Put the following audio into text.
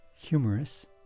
humorous